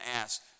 ask